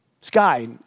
sky